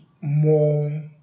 more